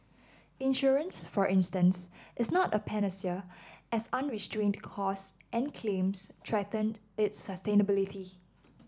insurance for instance is not a panacea as unrestrained costs and claims threaten its sustainability